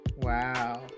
Wow